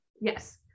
Yes